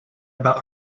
about